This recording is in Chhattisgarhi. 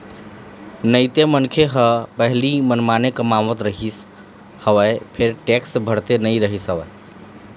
नइते मनखे मन ह पहिली मनमाने कमावत रिहिस हवय फेर टेक्स भरते नइ रिहिस हवय